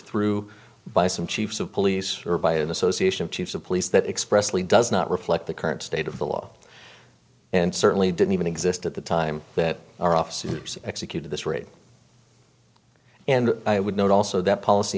through by some chiefs of police or by an association of chiefs of police that expressly does not reflect the current state of the law and certainly didn't even exist at the time that our officers executed this raid and i would note also that policy